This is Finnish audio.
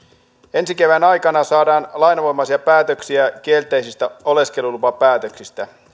ensi kevään aikana saadaan lainvoimaisia päätöksiä kielteisistä oleskelulupapäätöksistä